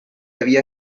había